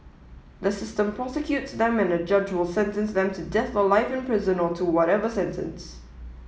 the system prosecutes them and a judge will sentence them to death or life in prison or to whatever sentence